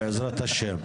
בעזרת השם.